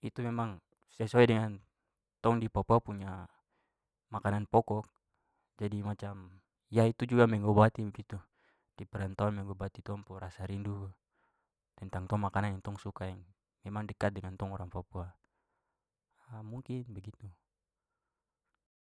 Itu memang sesuai dengan tong di papua punya makanan pokok, jadi macam itu juga mengobati begitu. Di perantauan mengobati tong pu rasa rindu tentang tong makanan yang tong suka ini, memang dekat dengan tong orang papua. Mungkin begitu.